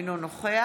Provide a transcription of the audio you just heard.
אינו נוכח